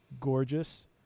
gorgeous